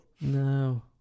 No